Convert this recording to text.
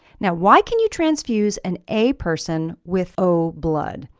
now why can you transfuse an a person with o blood?